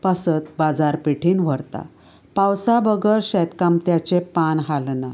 पासत बाजार पेठीन व्हरता पावसा बगर शेतकामत्याचें पान हालना